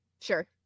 Sure